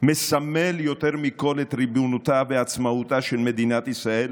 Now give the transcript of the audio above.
מסמל יותר מכול את ריבונותה ועצמאותה של מדינת ישראל